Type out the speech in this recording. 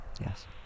yes